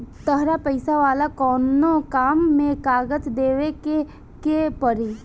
तहरा पैसा वाला कोनो काम में कागज देवेके के पड़ी